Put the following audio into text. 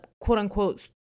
quote-unquote